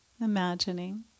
imagining